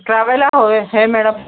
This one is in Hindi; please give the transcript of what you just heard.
ट्रैवेलर है है मैडम